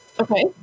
Okay